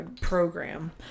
program